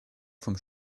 vom